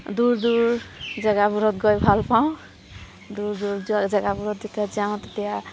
দূৰ দূৰ জেগাবোৰত গৈ ভাল পাওঁ দূৰ দূৰ জেগাবোৰত যেতিয়া যাওঁ তেতিয়া